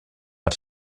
per